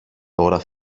τώρα